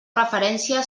referència